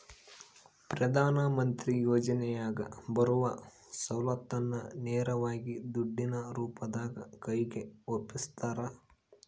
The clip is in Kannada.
ಪ್ರಧಾನ ಮಂತ್ರಿ ಯೋಜನೆಯಾಗ ಬರುವ ಸೌಲತ್ತನ್ನ ನೇರವಾಗಿ ದುಡ್ಡಿನ ರೂಪದಾಗ ಕೈಗೆ ಒಪ್ಪಿಸ್ತಾರ?